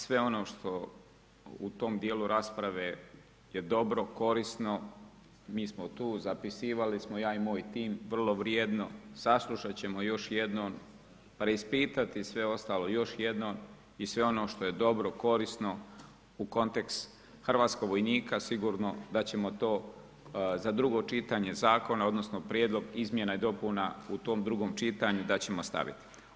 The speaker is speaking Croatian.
Sve ono što u tom dijelu rasprave je dobro, korisno mi smo tu zapisivali smo ja i moj tim vrlo vrijedno, saslušat ćemo još jednom, preispitati sve ostalo još jednom i sve ono što je dobro, korisno u kontekst hrvatskog vojnika sigurno da ćemo to za drugo čitanje zakona, odnosno, Prijedlog izmjena i dopuna u tom drugom čitanju da ćemo staviti.